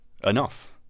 enough